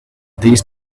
these